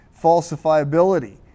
falsifiability